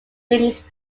things